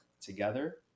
together